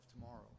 tomorrow